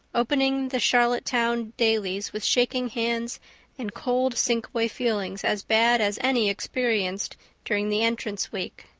opening the charlottetown dailies with shaking hands and cold, sinkaway feelings as bad as any experienced during the entrance week.